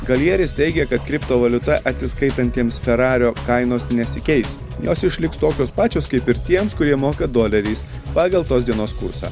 galjeris teigė kad kriptovaliuta atsiskaitantiems ferario kainos nesikeis jos išliks tokios pačios kaip ir tiems kurie moka doleriais pagal tos dienos kursą